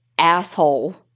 asshole